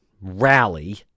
rally